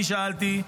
שאלתי,